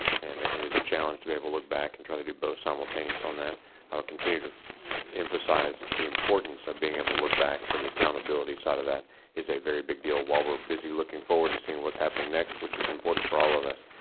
and it is a challenge to be able to look back and try to do both simultaneous on that. i will continue to emphasize the importance of being able to look back for the accountability side of that is a very big deal, while we are busy looking forward to seeing what is happening next, which is important for all of us.